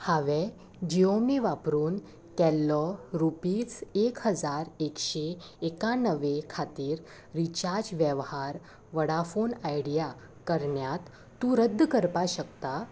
हांवें जिओमी वापरून केल्लो रुपीज एक हजार एकशे एकण्णवे खातीर रिचार्ज वेव्हार वडाफोन आयडिया करण्यात तूं रद्द करपाक शकता